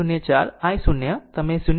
04 i 0 તમે 0